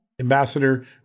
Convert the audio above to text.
Ambassador